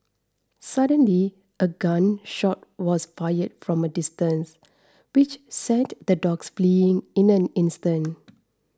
suddenly a gun shot was fired from a distance which sent the dogs fleeing in an instant